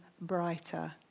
brighter